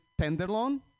Tenderloin